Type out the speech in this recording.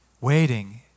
waiting